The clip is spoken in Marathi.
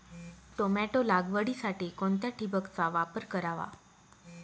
टोमॅटो लागवडीसाठी कोणत्या ठिबकचा वापर करावा?